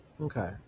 okay